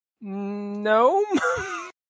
No